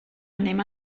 anem